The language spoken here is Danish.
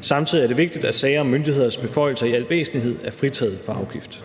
Samtidig er det vigtigt, at sager om myndigheders beføjelser i al væsentlighed er fritaget fra afgift.